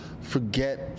forget